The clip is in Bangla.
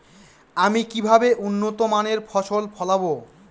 আমি কিভাবে উন্নত মানের ফসল ফলাবো?